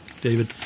David